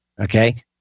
Okay